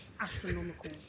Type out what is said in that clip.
astronomical